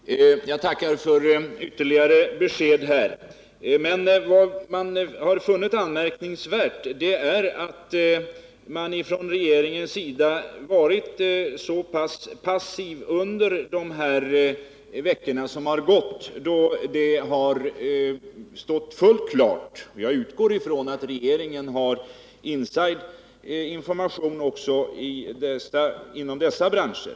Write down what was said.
Herr talman! Jag tackar för de ytterligare besked som här har givits. Många har funnit det anmärkningsvärt att man från regeringens sida har varit så passiv under de veckor som har gått, då det allvarliga läget har stått fullt klart — jag utgår från att regeringen har inside information också i dessa branscher.